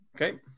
Okay